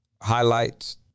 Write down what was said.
highlights